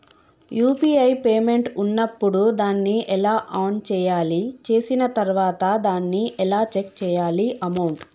UPI payment ఉన్నప్పుడు దాన్ని ఎలా ఆన్ చేయాలి? చేసిన తర్వాత దాన్ని ఎలా చెక్ చేయాలి అమౌంట్?